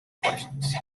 questions